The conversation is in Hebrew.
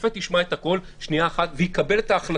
ושופט ישמע את הכול ויקבל את ההחלטות.